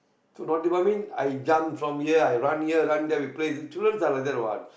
so naughty boy mean I jump from here I run there play children are like that what